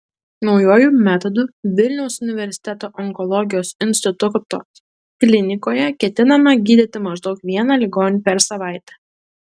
naujuoju metodu vilniaus universiteto onkologijos instituto klinikoje ketinama gydyti maždaug vieną ligonį per savaitę